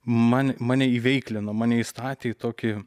man mane įveiklino mane įstatė į tokį